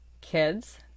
kids